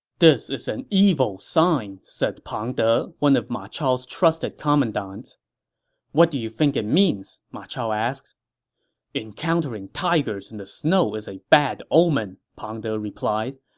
this is an evil sign, said pang de, one of ma chao's trusted commandants what do you think it means? ma chao asked encountering tigers in the snow is a bad omen, pang de said.